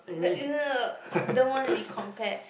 that don't wanna to be compared